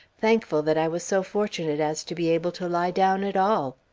thankful that i was so fortunate as to be able to lie down at all.